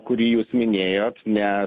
kurį jūs minėjot nes